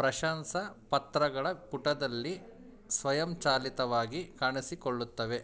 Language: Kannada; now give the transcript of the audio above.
ಪ್ರಶಂಸಾಪತ್ರಗಳ ಪುಟದಲ್ಲಿ ಸ್ವಯಂಚಾಲಿತವಾಗಿ ಕಾಣಿಸಿಕೊಳ್ಳುತ್ತವೆ